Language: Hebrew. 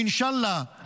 אינשאללה,